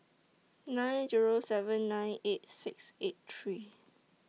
nine Zero seven nine eight six eight three